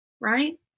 right